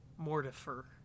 Mortifer